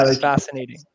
fascinating